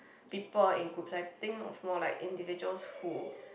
people in groups I think of more like individuals who